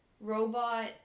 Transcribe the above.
robot